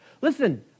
Listen